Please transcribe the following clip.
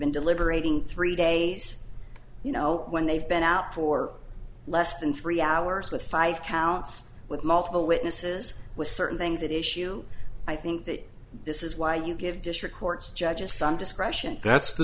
been deliberating three days you know when they've been out for less than three hours with five counts with multiple witnesses with certain things that issue i think that this is why you give district court judges some discretion that's the